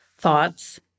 thoughts